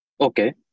Okay